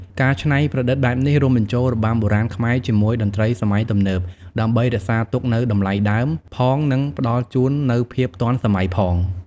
ការច្នៃប្រឌិតបែបនេះ រួមបញ្ចូលរបាំបុរាណខ្មែរជាមួយតន្ត្រីសម័យទំនើប ដើម្បីរក្សាទុកនូវតម្លៃដើមផង និងផ្តល់ជូននូវភាពទាន់សម័យផង។